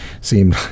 seemed